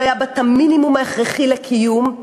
לא היה בה המינימום ההכרחי לקיום.